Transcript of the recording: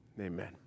Amen